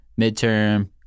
midterm